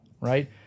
right